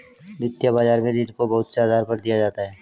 वित्तीय बाजार में ऋण को बहुत से आधार पर दिया जाता है